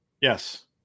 Yes